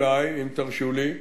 אולי, אם תרשו לי,